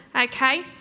Okay